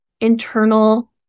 internal